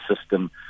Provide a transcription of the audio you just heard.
system